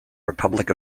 republic